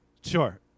Sure